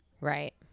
Right